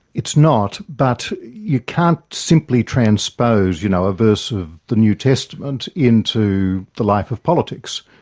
it's not, but you can't simply transpose, you know, a verse of the new testament into the life of politics,